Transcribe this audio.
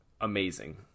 amazing